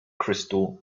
crystal